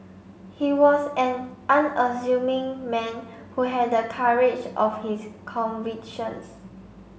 he was an unassuming man who had the courage of his convictions